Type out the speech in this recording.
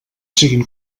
siguin